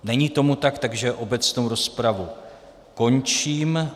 Není tomu tak, takže obecnou rozpravu končím.